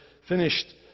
finished